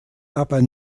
aber